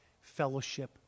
fellowship